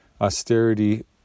austerity